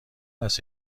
است